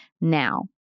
now